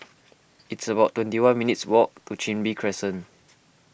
it's about twenty one minutes' walk to Chin Bee Crescent